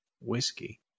Whiskey